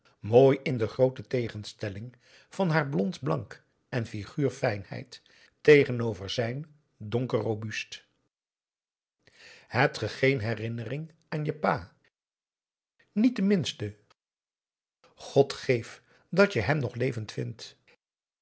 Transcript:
mooi in de groote tegenstelling van haar blond blank en figuur fijnheid tegenover zijn donker robust heb je geen herinnering aan je pa niet de minste god geef dat je hem nog levend vindt